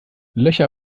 löcher